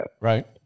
Right